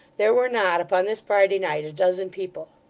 there were not, upon this friday night, a dozen people.